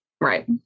Right